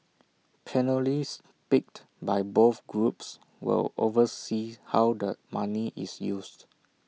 panellists picked by both groups will oversee how the money is used